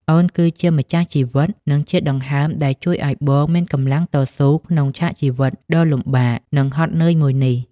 អូនគឺជាម្ចាស់ជីវិត និងជាដង្ហើមដែលជួយឱ្យបងមានកម្លាំងតស៊ូក្នុងឆាកជីវិតដ៏លំបាក និងហត់នឿយមួយនេះ។